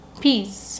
peace